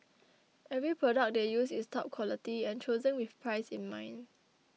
every product they use is top quality and chosen with price in mind